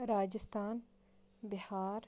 Rajasthan Bihar